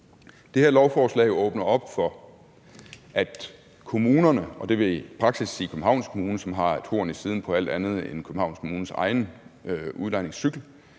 Det her lovforslag åbner op for, at kommunerne – og det vil i praksis sige Københavns Kommune, som har et horn i siden på alt andet end Københavns Kommunes egen udlejning